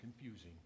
confusing